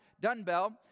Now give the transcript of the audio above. dumbbell